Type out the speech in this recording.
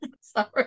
Sorry